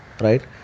Right